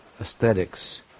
aesthetics